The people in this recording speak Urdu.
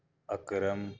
اکرم